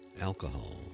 Alcohol